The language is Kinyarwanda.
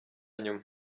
nyuma